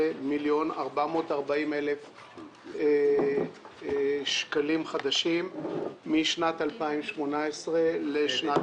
311,440,000 שקלים חדשים משנת 2018 לשנת